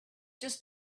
just